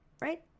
right